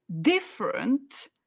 different